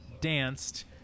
danced